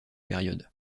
période